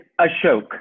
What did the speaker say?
Ashok